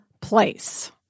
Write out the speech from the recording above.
place